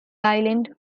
island